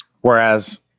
Whereas